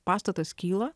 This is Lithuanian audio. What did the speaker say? pastatas kyla